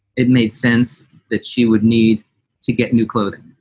it made sense that she would need to get new clothing.